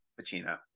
Pacino